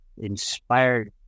inspired